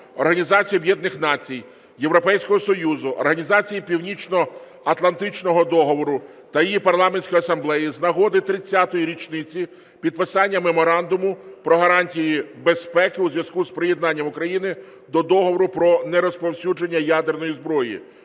Організації Об'єднаних Націй, Європейського Союзу, Організації Північноатлантичного договору та її Парламентської Асамблеї з нагоди 30-ї річниці підписання Меморандуму про гарантії безпеки у зв'язку з приєднанням України до Договору про нерозповсюдження ядерної зброї